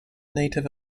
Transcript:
native